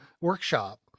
workshop